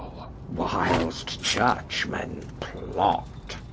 whilst church-men plot.